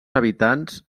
habitants